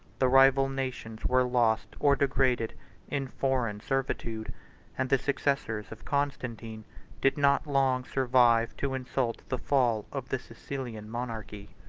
the rival nations were lost or degraded in foreign servitude and the successors of constantine did not long survive to insult the fall of the sicilian monarchy.